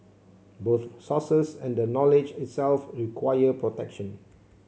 both sources and the knowledge itself require protection